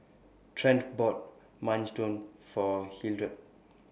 Trent bought Minestrone For Hildred